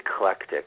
eclectic